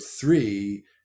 three